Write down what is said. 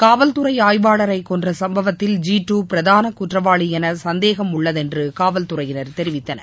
காவல்துறை ஆய்வாளரை கொன்ற சுப்பவத்தில் ஜீட்டு பிராதான குற்றவாளி என சந்தேகம் உள்ளதென்று காவல்துறையினர் தெரிவித்தனர்